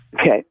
Okay